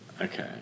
Okay